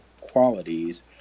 qualities